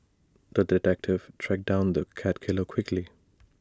the detective tracked down the cat killer quickly